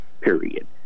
period